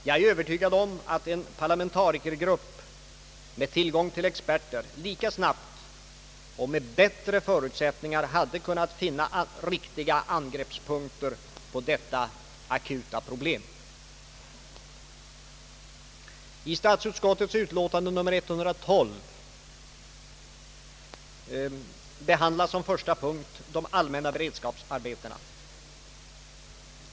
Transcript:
Jag är övertygad om att en parlamentarikergrupp med tillgång till experter lika snabbt och med bättre förutsättningar hade kunnat finna riktiga angreppspunkter på detta akuta problem. I statsutskottets utlåtande nr 112 behandlas som första punkt de allmänna beredskapsarbetena.